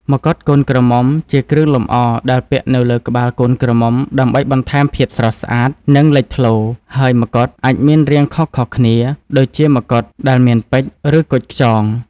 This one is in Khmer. មកុដកូនក្រមុំ ជាគ្រឿងលម្អដែលពាក់នៅលើក្បាលកូនក្រមុំ ដើម្បីបន្ថែមភាពស្រស់ស្អាត និងលេចធ្លោ ហើយ មកុដអាចមានរាងខុសៗគ្នា ដូចជាមកុដដែលមានពេជ្រ ឬគុជខ្យង។